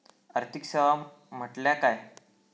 आर्थिक सेवा म्हटल्या काय?